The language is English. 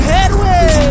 Headway